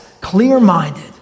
clear-minded